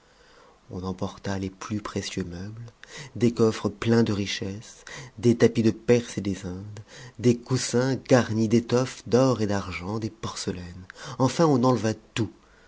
on emporta les plus précieux meubles des coffres pleins de richesses des tapis de perse et des indes des coussins garn's d'élomes d'or et d'argent des porcelaines enfin on enleva tout